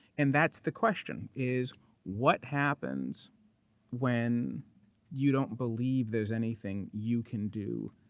and that's the question is what happens when you don't believe there's anything you can do,